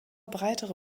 breitere